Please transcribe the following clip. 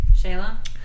Shayla